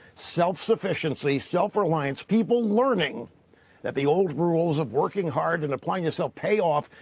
self-sufficiency, self-reliance, people learning that the old rules of working hard and applying yourself pay off,